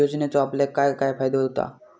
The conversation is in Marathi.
योजनेचो आपल्याक काय काय फायदो होता?